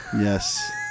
Yes